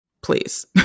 please